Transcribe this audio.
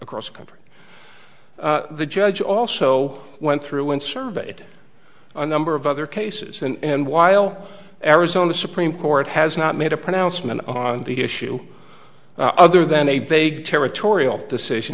across the country the judge also went through and serve it a number of other cases and while arizona supreme court has not made a pronouncement on the issue other than a territorial decision